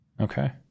Okay